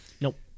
Nope